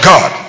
God